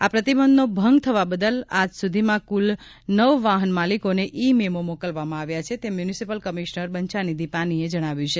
આ પ્રતિબંધનો ભંગ થવા બદલ આજ સુધીમાં કુલ નવ વાહન માલિકોને ઇ મેમો મોકલવામાં આવ્યા છે તેમ મ્યુનિસિપલ કમિશનર બંછાનિધિ પાનીએ જણાવ્યું છે